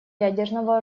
ядерного